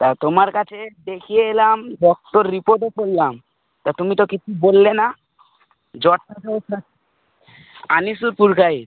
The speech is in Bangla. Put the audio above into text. তা তোমার কাছে দেখিয়ে এলাম ডক্টর রিপোর্টও করলাম তা তুমি তো কিছু বললে না জ্বরটাতে আনিসুর পুরকাইত